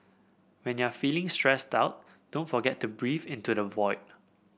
when you are feeling stressed out don't forget to breathe into the void